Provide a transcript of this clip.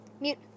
Mute